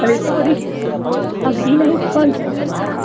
sorry सब्ज़ी नहीं फल चाहिए था